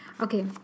Okay